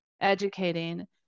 Educating